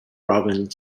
robin